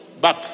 back